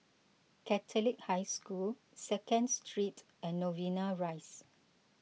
Catholic High School Second Street and Novena Rise